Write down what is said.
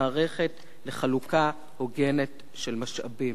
לשמש מערכת לחלוקה הוגנת של משאבים.